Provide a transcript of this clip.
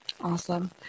Awesome